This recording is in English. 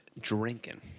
drinking